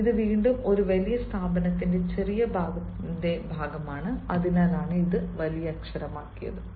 " അത് വീണ്ടും ഒരു വലിയ സ്ഥാപനത്തിന്റെ ചെറിയ ഭാഗത്തിന്റെ ഭാഗമാണ് അതിനാലാണ് ഇത് വലിയക്ഷരമാക്കിയത്